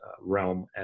realm